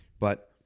but